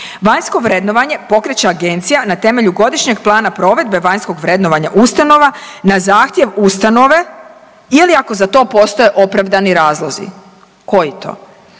vanjsko vrednovanje pokreće agencija na temelju godišnjeg plana provedbe vanjskog vrednovanja ustanova na zahtjev ustanove ili ako za to postoje opravdani razlozi. Koji to?